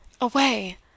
away